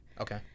Okay